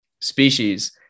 species